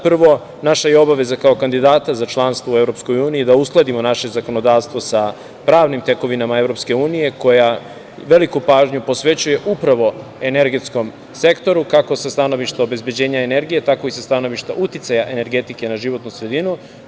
Prvo, naša je obaveza kao kandidata za članstvo u EU, da uskladimo naše zakonodavstvo sa pravnim tekovinama EU koja veliku pažnju posvećuje upravo energetskom sektoru kako sa stanovišta obezbeđenja energije, tako i sa stanovišta uticaja energetike na životnu sredinu.